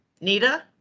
Nita